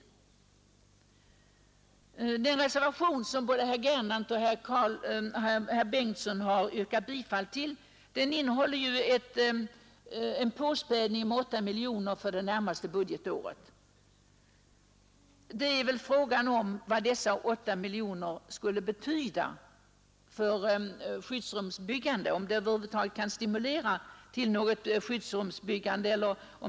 Den reservation som både herr Gernandt och herr Karl Bengtsson i Varberg yrkat bifall till innebär en påspädning på propositionen med 8 miljoner för det närmaste budgetåret. Frågan är vad dessa 8 miljoner skulle betyda för t.ex. skyddsrumsbyggandet och om de över huvud taget kan stimulera till ökat skyddsrumsbyggande.